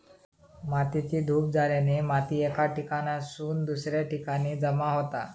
मातेची धूप झाल्याने माती एका ठिकाणासून दुसऱ्या ठिकाणी जमा होता